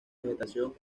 vegetación